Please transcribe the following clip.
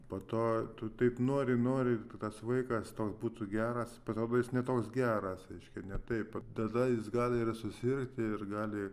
po to tu taip nori nori tas vaikas toks būtų geras pasirodo jis ne toks geras reiškia ne taip tada jis gali ir susirgti ir gali